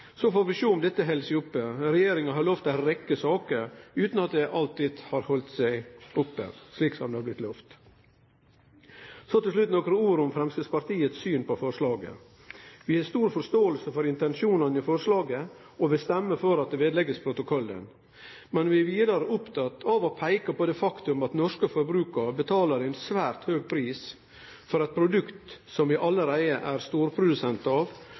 Så får vi sjå om dei held seg til dette. Regjeringa har lovt ei rekkje saker, utan at dei alltid har halde det dei har lovt. Til slutt nokre ord om Framstegspartiets syn på forslaget. Vi har stor forståing for intensjonane i forslaget og vil stemme for at det skal leggjast ved protokollen. Men vi er vidare opptekne av å peike på det faktum at norske forbrukarar betaler ein svært høg pris for eit produkt som vi allereie er storprodusent av,